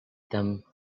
them